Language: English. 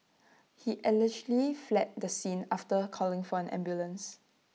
he allegedly fled the scene after calling for an ambulance